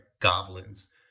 goblins